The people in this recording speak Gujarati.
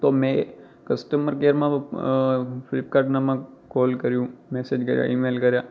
તો મેં કસ્ટમર કૅરમાં ફ્લિપકાર્ટનામાં કૉલ કર્યો મેસેજ કર્યા ઇમેઇલ કર્યા